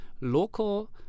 local